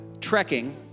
trekking